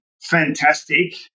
fantastic